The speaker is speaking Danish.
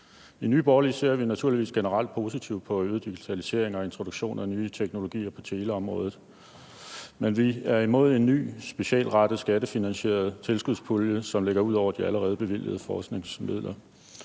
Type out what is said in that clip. I Nye Borgerlige ser vi naturligvis generelt positivt på øget digitalisering og introduktion af nye teknologier på teleområdet, men vi er imod en ny specialrettet skattefinansieret tilskudspulje, som ligger ud over de allerede bevilgede forskningsmidler.